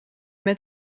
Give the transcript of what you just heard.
met